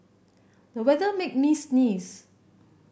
the weather made me sneeze